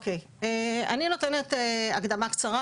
אני נותנת הקדמה קצרה,